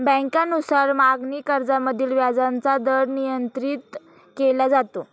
बँकांनुसार मागणी कर्जामधील व्याजाचा दर नियंत्रित केला जातो